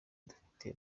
dufite